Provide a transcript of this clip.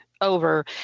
over